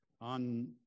on